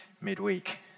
midweek